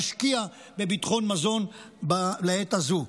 להשקיע בביטחון מזון לעת הזאת.